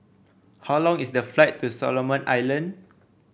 how long is the flight to Solomon Island